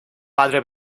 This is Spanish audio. padre